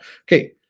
Okay